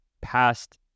past